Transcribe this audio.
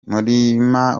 murima